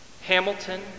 Hamilton